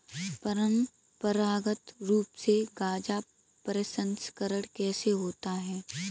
परंपरागत रूप से गाजा प्रसंस्करण कैसे होता है?